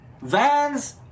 Vans